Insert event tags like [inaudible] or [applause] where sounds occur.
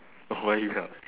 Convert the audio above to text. [noise]